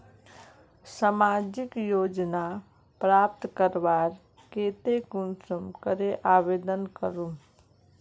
सामाजिक योजना प्राप्त करवार केते कुंसम करे आवेदन करूम?